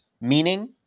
meaning